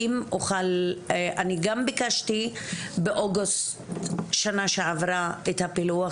אני גם ביקשתי באוגוסט שנה שעברה את הפילוח